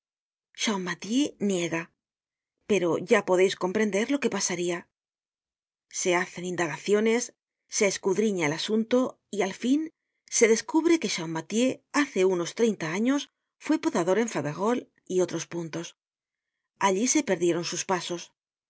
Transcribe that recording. chapmathieu niega pero ya podeis comprender lo que pasaria se hacen indagaciones se esescudriña el asunto y al fin se descubre que champmathieu hace unos treinta años fue podador en faverolles y otros puntos allí se perdieron sus pasos